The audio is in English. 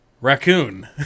raccoon